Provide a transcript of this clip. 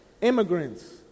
Immigrants